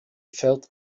felt